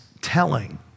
telling